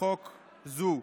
חוק זו.